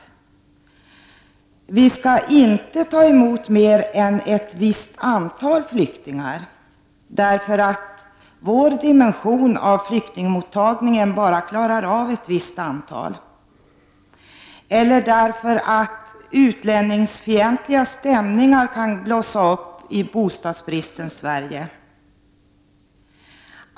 Andra argument är att vi inte skall ta emot mer än ett visst antal flyktingar därför att vår dimension av flyktingmottagningen bara klarar av ett visst antal eller därför att utlänningsfientliga stämningar kan blossa upp i bostadsbristens Sverige.